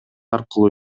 аркылуу